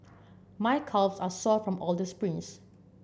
my calves are sore from all the sprints